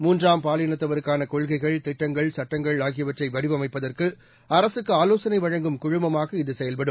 மூன்றாம் பாலினத்தவருக்கான கொள்கைகள் திட்டங்கள் சட்டங்கள் ஆகியவற்றை வடிவமைப்பதற்கு அரசுக்கு ஆலோசனை வழங்கும் குழுமமாக இது செயல்படும்